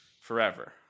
forever